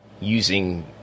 using